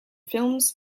films